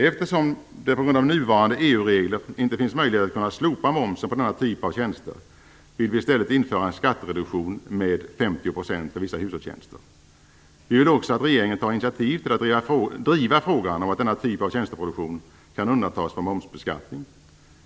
Eftersom det på grund av nuvarande EU-regler inte finns möjlighet att slopa momsen på denna typ av tjänster vill vi i stället införa en skattereduktion med 50 % för vissa hushållstjänster. Vi vill också att regeringen tar initiativ till att driva frågan att denna typ av tjänsteproduktion kan undantas från momsbeskattning.